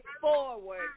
forward